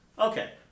Okay